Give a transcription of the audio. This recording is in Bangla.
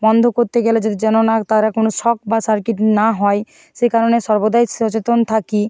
বন্ধ করতে গেলে যেন না তারা কোনো শক বা সার্কিট না হয় সে কারণে সর্বদাই সচেতন থাকি